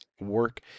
work